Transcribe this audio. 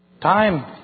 Time